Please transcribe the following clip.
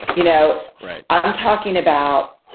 you know i'm talking about